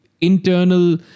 internal